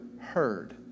heard